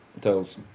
tells